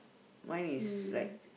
mine is like